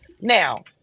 now